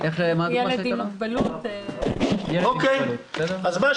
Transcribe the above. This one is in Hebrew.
יש לי שכירות, יש לי